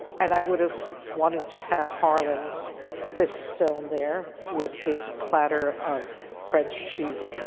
and i would have wanted to have harlan fiske stone there with his platter of french cheeses.